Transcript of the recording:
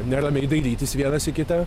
neramiai dairytis vienas į kitą